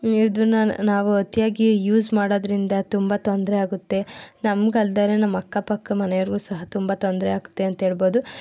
ಇದನ್ನು ನಾವು ಅತಿಯಾಗಿ ಯೂಸ್ ಮಾಡೋದ್ರಿಂದ ತುಂಬ ತೊಂದರೆ ಆಗುತ್ತೆ ನ ನಮಗಲ್ದಿರಾ ನಮ್ಮ ಅಕ್ಕಪಕ್ಕ ಮನೆಯವ್ರಿಗೂ ಸಹ ತುಂಬ ತೊಂದರೆ ಆಗುತ್ತೆ ಅಂತ ಹೇಳ್ಬೋದು